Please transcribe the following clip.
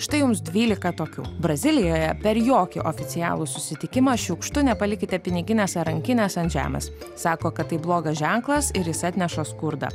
štai jums dvylika tokių brazilijoje per jokį oficialų susitikimą šiukštu nepalikite piniginės ar rankinės ant žemės sako kad tai blogas ženklas ir jis atneša skurdą